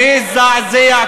לא, זה לא מספיק לי.